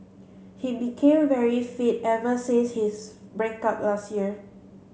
he became very fit ever since his break up last year